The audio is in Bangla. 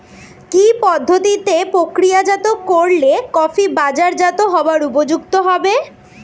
কি পদ্ধতিতে প্রক্রিয়াজাত করলে কফি বাজারজাত হবার উপযুক্ত হবে?